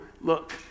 look